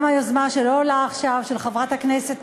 גם היוזמה שלא עולה עכשיו, של חברת הכנסת,